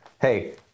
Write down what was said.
hey